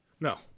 no